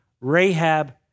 Rahab